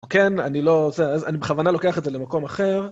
כן אני לא רוצה אז אני בכוונה לוקח את זה למקום אחר.